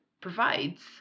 provides